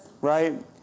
Right